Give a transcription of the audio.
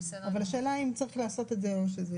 אבל השאלה אם צריך לעשות את זה או שזה